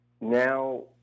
Now